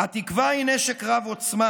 "התקווה היא נשק רב-עוצמה,